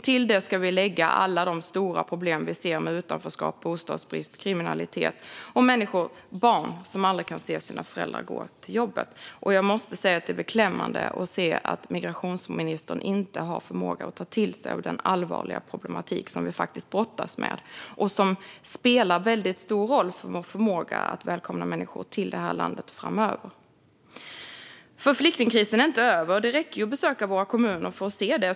Till detta ska vi lägga alla de stora problem vi ser med utanförskap, bostadsbrist, kriminalitet och barn som aldrig får se sina föräldrar gå till jobbet. Jag måste säga att det är beklämmande att migrationsministern inte har förmåga att ta till sig den allvarliga problematik som vi faktiskt brottas med och som spelar väldigt stor roll för vår förmåga att välkomna människor till det här landet framöver. Flyktingkrisen är nämligen inte över. Det räcker att besöka våra kommuner för att se det.